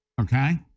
Okay